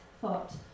thought